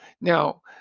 now